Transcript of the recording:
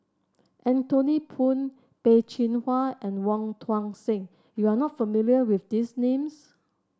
Anthony Poon Peh Chin Hua and Wong Tuang Seng you are not familiar with these names